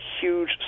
huge